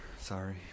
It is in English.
Sorry